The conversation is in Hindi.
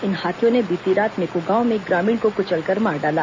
इन हाथियों ने बीती रात मेको गांव में एक ग्रामीण को कुचलकर मार डाला